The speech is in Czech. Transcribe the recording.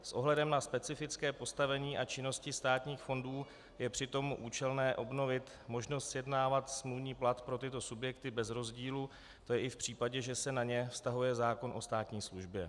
S ohledem na specifické postavení a činnosti státních fondů je přitom účelné obnovit možnost sjednávat smluvní plat pro tyto subjekty bez rozdílu, tj. i v případě, že se na ně vztahuje zákon o státní službě.